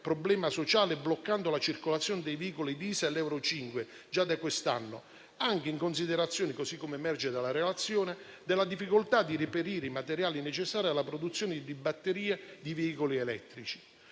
problema sociale, bloccando la circolazione dei veicoli *diesel* euro 5 già da quest'anno, anche in considerazione - così come emerge dalla relazione - della difficoltà di reperire i materiali necessari alla produzione di batterie di veicoli elettrici.